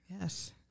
Yes